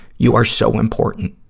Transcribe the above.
you are so important.